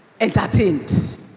entertained